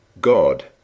God